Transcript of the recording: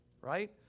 right